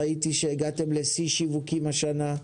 ראיתי שהגעתם לשיא של שיווקים השנה.